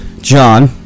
john